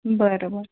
बरं बरं